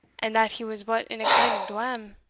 and that he was but in a kind of dwam.